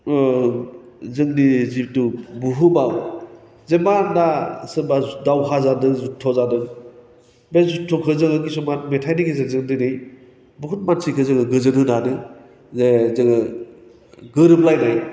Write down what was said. ओह जोंनि जिहेथु बुहुमाव जेनबा आं दा सोरबा दावहा जादों जुध्द जादों बे जुध्दखौ जोङो खिसुमान मेथाइनि गेजेरजों दोनै बुहुत मानसिखौ जोङो गोजोन होनो हादों जे जों गोरोब लायनाय